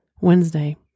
Wednesday